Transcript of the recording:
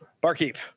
barkeep